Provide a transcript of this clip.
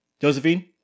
Josephine